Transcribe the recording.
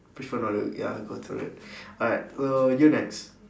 please hold on ya got to read alright so you next